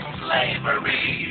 slavery